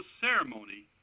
ceremony